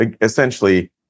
essentially